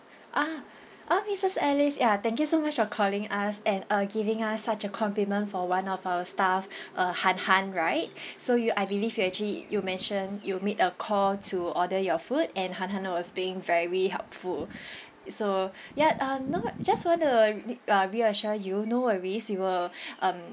ah oh missus alice ya thank you so much for calling us and uh giving us such a compliment for one of our staff uh han han right so you I believe you actually you mentioned you made a call to order your food and han han was being very helpful so ya um not just want to re~ uh reassure you no worries we will um